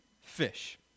fish